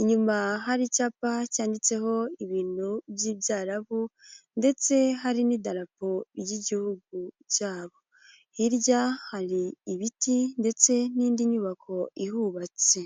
inyuma hari icyapa cyanditseho ibintu by'ibyarabu ndetse hari n'idarapo ry'igihugu cyabo, hirya hari ibiti ndetse n'indi nyubako ihubatse